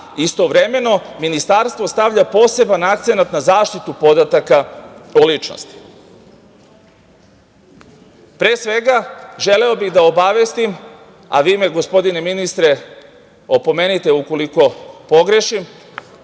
Istovremeno, Ministarstvo stavlja poseban akcenat na zaštitu podataka o ličnosti. Pre svega, želeo bih da obavestim, a vi me gospodine ministre opomenite ukoliko pogrešim,